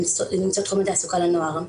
למצוא תחומי תעסוקה לנוער.